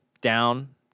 down